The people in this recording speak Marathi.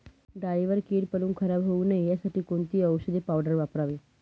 डाळीवर कीड पडून खराब होऊ नये यासाठी कोणती औषधी पावडर वापरावी?